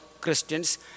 Christians